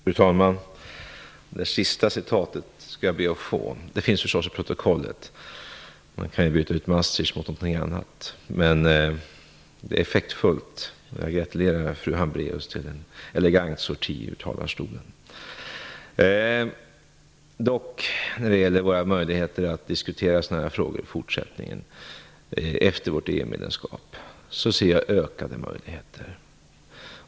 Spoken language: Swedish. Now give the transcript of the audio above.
Fru talman! Det sista citatet skall jag be att få, men det finns förstås i protokollet. Man kan ju byta ut Maastricht mot någonting annat. Det är effektfullt. Jag gratulerar fru Hambraeus till en elegant sorti ur talarstolen. Birgitta Hambraeus frågade om våra möjligheter att i fortsättningen, efter vårt EU-medlemskap, diskutera sådana här frågor. Jag ser i det sammanhanget ökade möjligheter.